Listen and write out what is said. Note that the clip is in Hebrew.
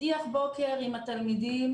פתיחת בוקר עם התלמידים,